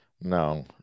No